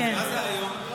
כמה זה היום?